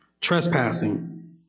trespassing